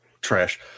trash